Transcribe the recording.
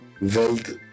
wealth